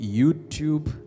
YouTube